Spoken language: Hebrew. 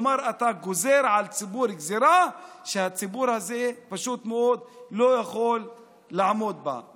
אתה גוזר על הציבור גזרה שהציבור לא יכול לעמוד בה,